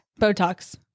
Botox